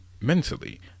mentally